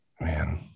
man